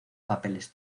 papeles